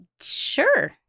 Sure